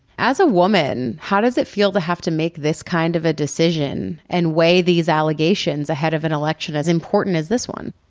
as a woman, how does it feel to have to make this kind of a decision and weigh these allegations ahead of an election as important as this one?